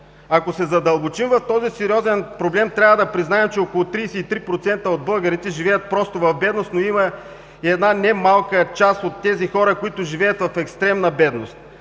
Ако се задълбочим в този сериозен проблем, трябва да признаем, че около 33% от българите живеят в бедност, но има и една немалка част от тези хора, които живеят в екстремна бедност,